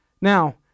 Now